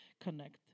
connect